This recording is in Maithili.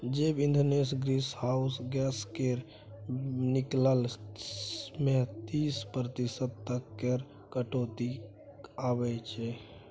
जैब इंधनसँ ग्रीन हाउस गैस केर निकलब मे तीस प्रतिशत तक केर कटौती आबय छै